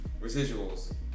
Residuals